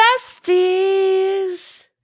besties